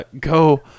go